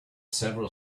several